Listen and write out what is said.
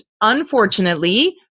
unfortunately